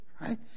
Right